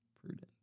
Prudent